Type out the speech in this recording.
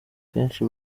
kenshi